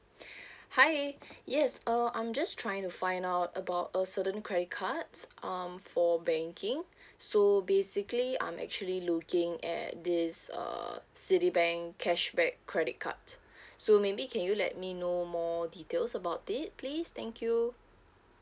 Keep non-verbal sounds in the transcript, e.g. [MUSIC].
[BREATH] hi yes um I'm just trying to find out about a certain credit cards um for banking [BREATH] so basically I'm actually looking at this err citibank cashback credit card [BREATH] so maybe can you let me know more details about it please thank you